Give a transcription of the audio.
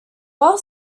while